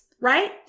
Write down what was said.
right